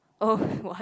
oh what